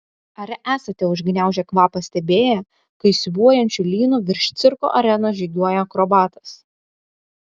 ar esate užgniaužę kvapą stebėję kai siūbuojančiu lynu virš cirko arenos žygiuoja akrobatas